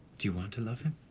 do you want to love him?